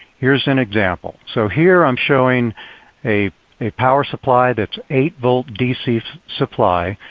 here's an example. so here i'm showing a a power supply that's eight v dc supply.